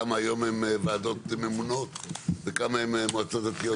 כמה היום הם ועדות ממונות וכמה הן מועצות דתיות באמת?